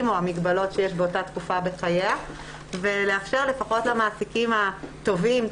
או המגבלות שיש באותה תקופה בחייה ולאפשר לפחות למעסיקים הטובים,